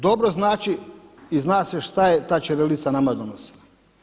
Dobro znači i zna se šta je ta ćirilica nama donosila.